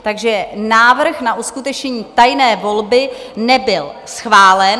Takže návrh na uskutečnění tajné volby nebyl schválen.